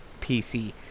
PC